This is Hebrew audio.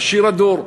עשיר הדור,